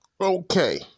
Okay